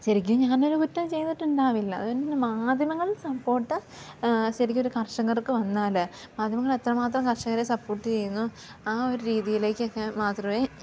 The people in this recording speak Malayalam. ശരിക്കും ഞാനൊരു കുറ്റം ചെയ്തിട്ടുണ്ടാവില്ല അതുകൊണ്ടുതന്നെ മാധ്യമങ്ങൾ സപ്പോർട്ട് ശരിക്കൊരു കർഷകർക്ക് വന്നാൽ മാധ്യമങ്ങൾ എത്രമാത്രം കർഷകരെ സപ്പോർട്ട് ചെയ്യുന്നു ആ ഒരു രീതിയിലേക്കൊക്കെ മാത്രമേ